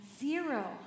zero